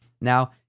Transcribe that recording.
Now